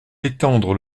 étendre